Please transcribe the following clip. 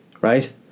Right